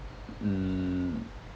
mm